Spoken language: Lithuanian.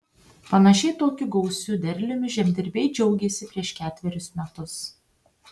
panašiai tokiu gausiu derliumi žemdirbiai džiaugėsi prieš ketverius metus